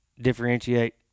differentiate